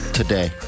today